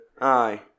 Aye